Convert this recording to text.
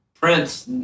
Prince